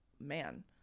man